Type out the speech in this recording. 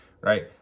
right